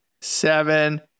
seven